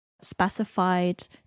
specified